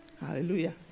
Hallelujah